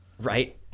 right